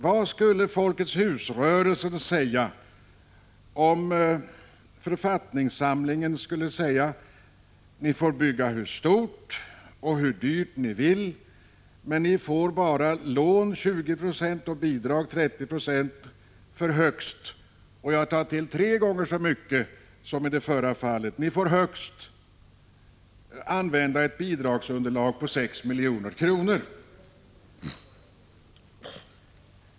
Vad skulle Folkets hus-rörelsen säga om det i författningssamlingen stod: Ni får bygga hur stort och hur dyrt ni vill, men ni får bara 20 96 lån och 30 960 bidrag och — jag tar nu till tre gånger så mycket som i det förra fallet — ni får använda ett bidragsunderlag på högst 6 milj.kr.